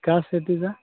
का शेतीचा